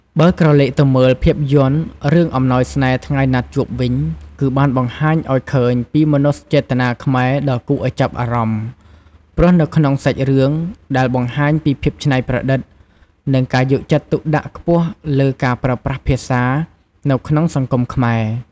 បើក្រឡេកទៅមើលភាពយន្តរឿងអំណោយស្នេហ៍ថ្ងៃណាត់ជួប វិញគឺបានបង្ហាញអោយឃើញពីមនោសញ្ចេតនាខ្មែរដ៏គួរឲ្យចាប់អារម្មណ៍ ព្រោះនៅក្នុងសាច់រឿង ដែលបង្ហាញពីភាពច្នៃប្រឌិត និងការយកចិត្តទុកដាក់ខ្ពស់លើការប្រើប្រាស់ភាសានៅក្នុងសង្គមខ្មែរ ។